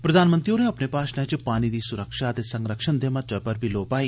प्रधानमंत्री होरें अपने भाशणै च पानी दी सुरक्षा ते संरक्षण दे महत्वै पर बी लोऽ पाई